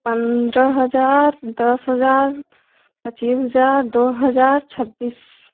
पंद्रह हज़ार दस हज़ार पच्चीस हज़ार दो हज़ार छब्बीस